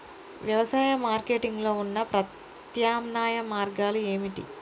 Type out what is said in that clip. వ్యవసాయ మార్కెటింగ్ లో ఉన్న ప్రత్యామ్నాయ మార్గాలు ఏమిటి?